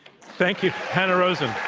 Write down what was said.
thank you, hanna rosin.